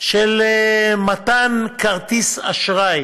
של מתן כרטיס אשראי